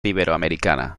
iberoamericana